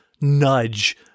nudge